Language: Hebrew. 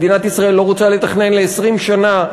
מדינת ישראל לא רוצה לתכנן ל-20 שנה,